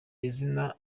izina